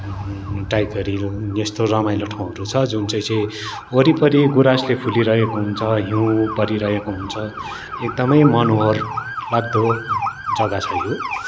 tiger Hill यस्तो रमाइलो ठाउँहरू छ जुन चाहिँ चाहिँ वरिपरि गुराँसले फुलिरहेको हुन्छ हिउँ परिरहेको हुन्छ एकदमै मनोहर लाग्दो जग्गा छ यो